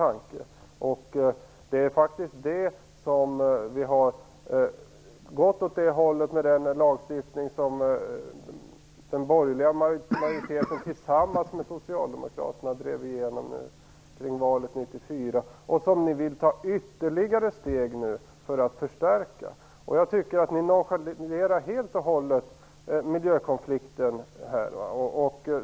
Det har faktiskt gått åt det hållet med den lagstiftning som den borgerliga majoriteten tillsammans med socialdemokraterna drev igenom kring valet 1994. Nu vill ni ta ytterligare steg för att förstärka den. Jag tycker att ni helt och hållet nonchalerar miljökonflikten.